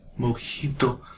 Mojito